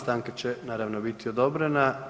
Stanka će naravno biti odobrena.